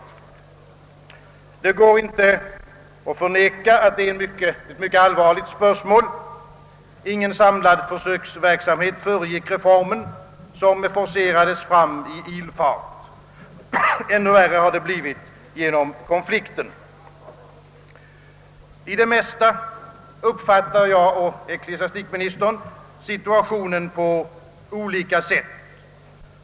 Det går inte att förneka att det är ett mycket allvarligt spörsmål. Ingen samlad försöksverksamhet föregick reformen, som forcerades fram i ilfart. ännu värre har det blivit genom konflikten. I det mesta uppfattar jag och ecklesiastikministern situationen på olika sätt.